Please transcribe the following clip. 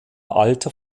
alter